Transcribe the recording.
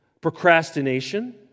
procrastination